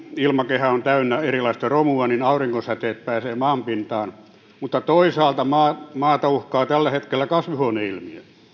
ilmakehä on täynnä erilaista romua niin auringonsäteet eivät pääse maanpintaan mutta toisaalta maata maata uhkaa tällä hetkellä kasvihuoneilmiö